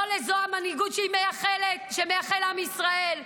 לא זו המנהיגות שמייחל לה עם ישראל.